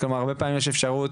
הרבה פעמים יש אפשרות,